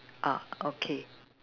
ah okay